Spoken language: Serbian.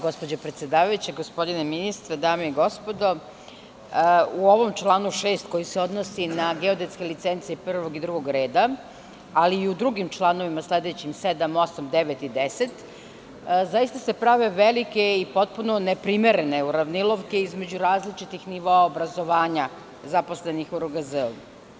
Gospodine ministre, dame i gospodo, u ovom članu 6. koji se odnosi na geodetske licence prvog i drugog reda, ali i u drugim članovima sledećim: 7, 8, 9. i 10. zaista se prave velike i potpuno neprimerene uravnilovke između različitih nivoa obrazovanja zaposlenih u RGZ.